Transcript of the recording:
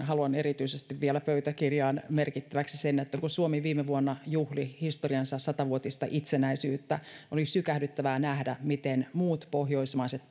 haluan erityisesti vielä pöytäkirjaan merkittäväksi sen että kun suomi viime vuonna juhli historiansa sata vuotista itsenäisyyttä oli sykähdyttävää nähdä miten muut pohjoismaiset